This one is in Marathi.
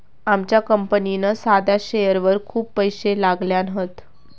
आमच्या कंपनीन साध्या शेअरवर खूप पैशे लायल्यान हत